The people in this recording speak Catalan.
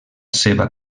seva